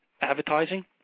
advertising